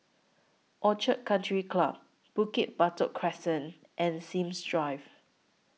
Orchid Country Club Bukit Batok Crescent and Sims Drive